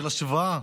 של השוואה,